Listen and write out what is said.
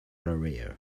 area